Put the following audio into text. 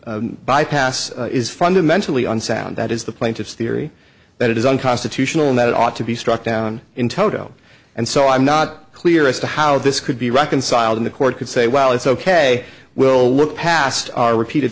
the bypass is fundamentally unsound that is the plaintiff's theory that it is unconstitutional and that it ought to be struck down in toto and so i'm not clear as to how this could be reconciled in the court could say well it's ok we'll look past our repeated